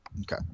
okay